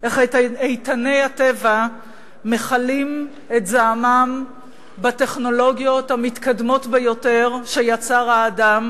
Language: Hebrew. איך איתני הטבע מכלים את זעמם בטכנולוגיות המתקדמות ביותר שיצר האדם